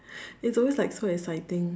it's always like so exciting